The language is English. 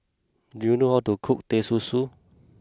do you know how to cook Teh Susu